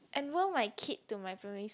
enrol my kid to my primary